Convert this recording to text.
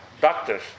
Doctors